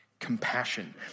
compassion